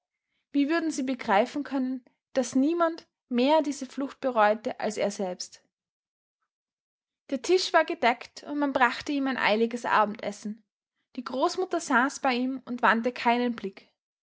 wie würden sie begreifen können daß niemand mehr diese flucht bereute als er selbst der tisch war gedeckt und man brachte ihm ein eiliges abendessen die großmutter saß bei ihm und wandte keinen blick